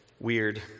weird